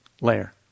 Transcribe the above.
layer